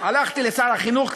הלכתי לשר החינוך.